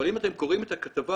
אבל אם אתם קוראים את הכתבה,